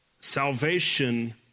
Salvation